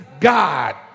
God